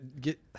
get